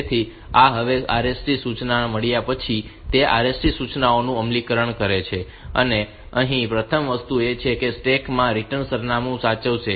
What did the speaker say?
તેથી આ હવે RST સૂચના મળ્યા પછી તે RST સૂચનાઓનું અમલીકરણ છે અને અહીં પ્રથમ વસ્તુ એ છે કે તે સ્ટેક માં રિટર્ન સરનામું સાચવશે